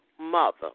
Mother